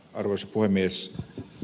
arvoisa puhemies